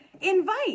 Invite